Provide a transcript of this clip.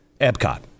Epcot